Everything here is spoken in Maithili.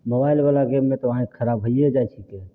मोबाइलवला गेममे तऽ आँखि खराब भइए जाइ छिकै